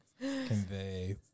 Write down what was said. convey